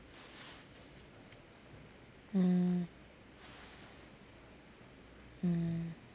hmm hmm